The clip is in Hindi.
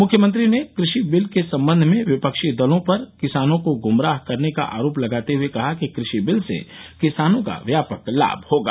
मुख्यमंत्री ने कृषि बिल के सम्बंध में विपक्षी दलों पर किसानों को गुमराह करने का आरोप लगाते हुए कहा कि कृषि बिल से किसानों का व्यापक लाभ होगा